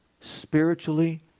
spiritually